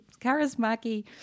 charismatic